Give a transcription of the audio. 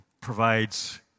provides